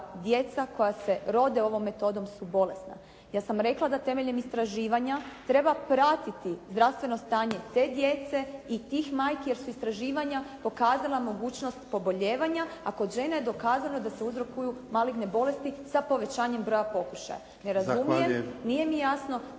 djeca koja se rode ovom metodom su bolesna. Ja sam rekla da temeljem istraživanja treba pratiti zdravstveno stanje te djece i tih majki, jer su istraživanja pokazala mogućnost poboljevanja, a kod žena je dokazano da se uzrokuju maligne bolesti sa povećanjem broja pokušaja. Ne razumijem, nije mi jasno